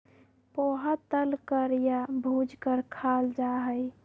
पोहा तल कर या भूज कर खाल जा हई